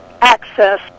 access